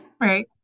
right